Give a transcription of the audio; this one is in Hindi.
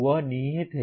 वह निहित है